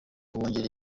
kubongerera